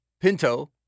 Pinto